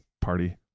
party